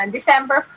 December